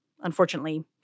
Unfortunately